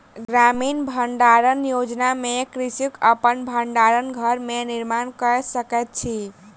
ग्रामीण भण्डारण योजना में कृषक अपन भण्डार घर के निर्माण कय सकैत अछि